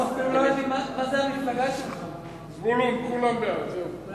ההצעה להעביר את הנושא שהעלה חבר הכנסת